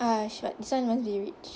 ah shrug this [one] must be rich